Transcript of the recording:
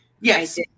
Yes